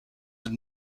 het